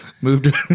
moved